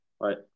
Right